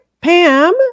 Pam